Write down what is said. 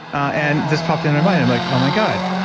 and this popped into my mind. i'm like, oh my god,